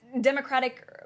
Democratic